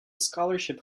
scholarship